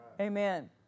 Amen